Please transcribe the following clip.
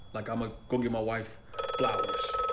like i'm a go get my wife flowers.